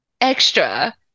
extra